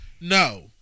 No